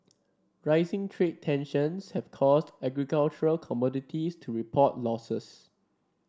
rising trade tensions have caused agricultural commodities to report losses